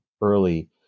early